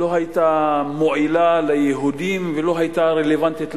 לא היתה מועילה ליהודים ולא היתה רלוונטית לערבים,